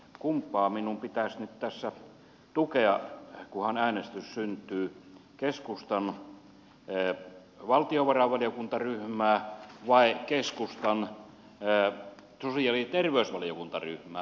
kumpaa minun pitäisi nyt tässä tukea kunhan äänestys syntyy keskustan valtiovarainvaliokuntaryhmää vai keskustan sosiaali ja terveysvaliokuntaryhmää